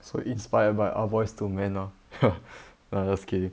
so inspired by ah boys to men ah no lah just kidding